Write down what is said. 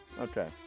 Okay